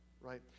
right